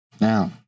Now